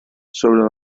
sobre